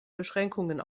beschränkungen